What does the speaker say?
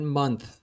month